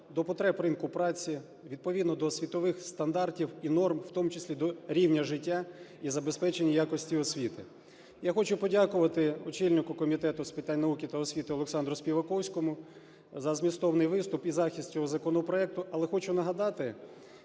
до потреб ринку праці, відповідно до світових стандартів і норма, в тому числі до рівня життя і забезпечення якості освіти. Я хочу подякувати очільнику Комітету з питань науки та освіти Олександру Співаковському за змістовний виступ і захист цього законопроекту. Але хочу нагадати,